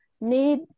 need